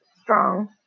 strong